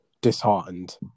disheartened